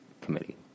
committee